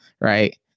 Right